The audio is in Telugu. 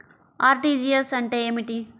అర్.టీ.జీ.ఎస్ అంటే ఏమిటి?